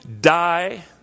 die